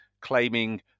claiming